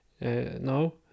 no